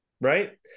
Right